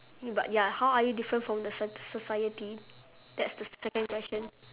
but ya how are you different from the soc~ society that's the second question